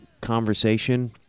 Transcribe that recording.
conversation